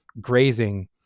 grazing